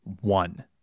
one